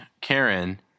Karen